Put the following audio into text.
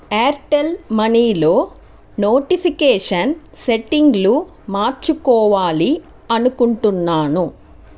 Airtel మనీలో notification సెట్టింగ్లు మార్చుకోవాలి అనుకుంటున్నాను